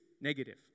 negative